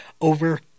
over